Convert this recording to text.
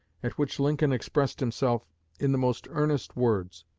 at which lincoln expressed himself in the most earnest words.